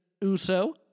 Uso